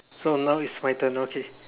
so now is my turn okay